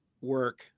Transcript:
work